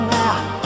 now